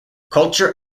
culture